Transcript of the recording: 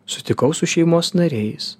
sutikau su šeimos nariais